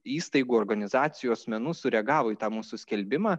įstaigų organizacijų asmenų sureagavo į tą mūsų skelbimą